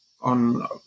on